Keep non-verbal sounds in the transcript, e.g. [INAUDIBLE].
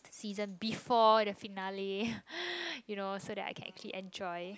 season before the finale [BREATH] you know so that I can actually enjoy